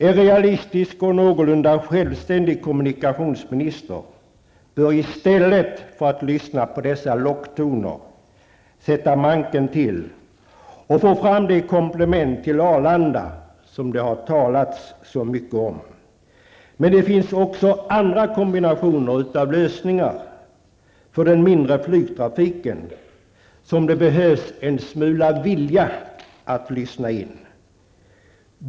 En realistisk och någorlunda självständig kommunikationsminister bör i stället för att lyssna till dessa locktoner sätta manken till och få fram det komplement till Arlanda som det har talats så mycket om. Men det finns också andra kombinationer av lösningar för den mindre flygtrafiken, som det behövs en smula vilja för att ta till sig.